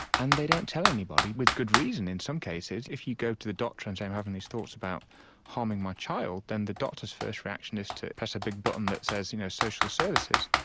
and they don't tell anybody, with good reason in some cases. if you go to the doctor and say, i'm having these thoughts about harming my child then the doctor's first reaction is to press a big button that says you know social services.